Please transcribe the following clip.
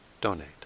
donate